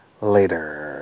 later